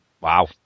Wow